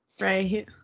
Right